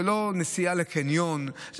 זה לא נסיעה לקניון,